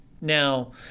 now